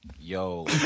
Yo